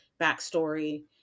backstory